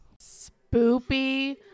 Spoopy